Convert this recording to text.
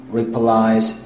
replies